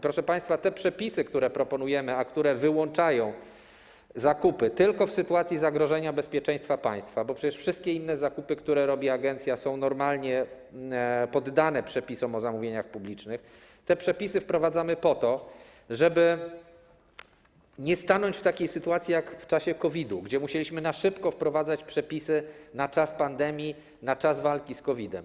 Proszę państwa, te przepisy, które proponujemy - a które wyłączają zakupy tylko w sytuacji zagrożenia bezpieczeństwa państwa, bo przecież wszystkie inne zakupy, które robi agencja, są normalnie poddane przepisom o zamówieniach publicznych - wprowadzamy po to, żeby nie znaleźć się w takiej sytuacji jak w czasie COVID-u, gdy musieliśmy na szybko wprowadzać przepisy na czas pandemii, na czas walki z COVID-em.